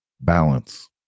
balance